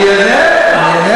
אני אענה.